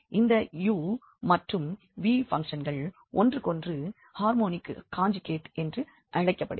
இந்த u மற்றும் v பங்க்ஷன்கள் ஒன்றுக்கொன்று ஹார்மோனிக் காஞ்சுகேட் என்று அழைக்கப்படுகிறது